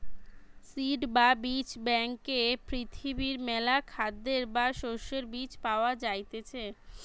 seed বা বীজ ব্যাংকে পৃথিবীর মেলা খাদ্যের বা শস্যের বীজ পায়া যাইতিছে